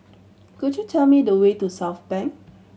could you tell me the way to Southbank